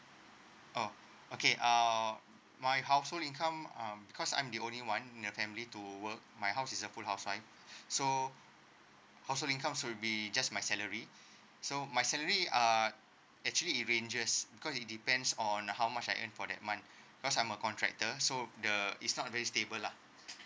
oh okay uh my household income um because I'm the only one in a family to work my house is the household income will be just my salary so my salary uh actually it ranges because it depends on how much I earn for that month because I'm a contractor so the is not very stable lah